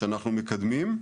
שאנחנו מקדמים,